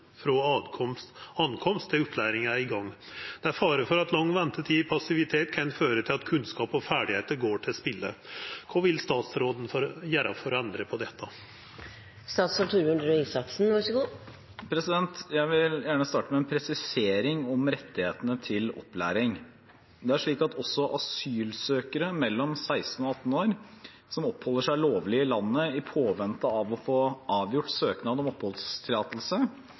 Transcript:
fra ankomst til opplæring er i gang. Det er fare for at lang ventetid i passivitet kan føre til at kunnskap og ferdigheiter går til spille. Kva vil statsråden gjere for å endre på dette?» Jeg vil gjerne starte med en presisering om rettighetene til opplæring. Det er slik at også asylsøkere mellom 16 og 18 år som oppholder seg lovlig i landet i påvente av å få avgjort søknad om oppholdstillatelse,